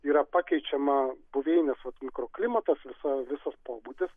yra pakeičiama buveinės mikroklimatas visa visas pobūdis